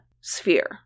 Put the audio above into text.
sphere